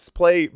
play